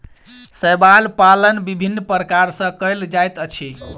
शैवाल पालन विभिन्न प्रकार सॅ कयल जाइत अछि